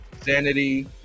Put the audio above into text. sanity